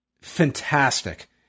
fantastic